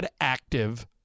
Active